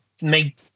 make